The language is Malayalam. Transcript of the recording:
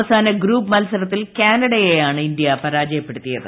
അവസാന് ഗ്രൂപ്പ് മത്സരത്തിൽ കാനഡയെയാണ് ഇന്ത്യ പരാജയപ്പെടുത്തിയത്